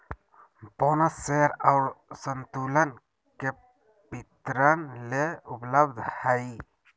bonus share और संतुलन के वितरण ले उपलब्ध हइ